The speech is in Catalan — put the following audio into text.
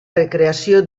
recreació